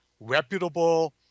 reputable